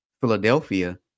Philadelphia